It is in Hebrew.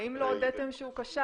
האם לא הודיתם שהוא כשל?